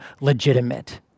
legitimate